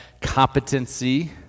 competency